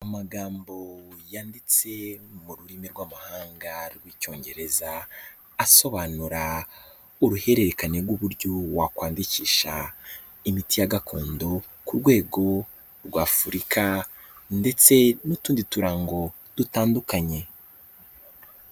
Amagambo yanditse mu rurimi rw'amahanga rw'Icyongereza, asobanura uruhererekane rw'uburyo wakwandikisha imiti ya gakondo ku rwego rwa Afurika ndetse n'utundi turango dutandukanye.